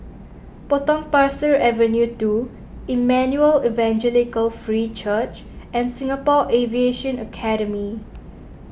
Potong Pasir Avenue two Emmanuel Evangelical Free Church and Singapore Aviation Academy